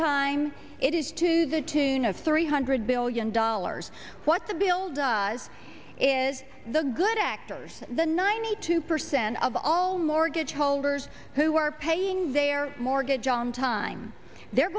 time it is to the tune of three hundred billion dollars what the bill does is the good actors the ninety two percent of all mortgage holders who are paying their mortgage on time they're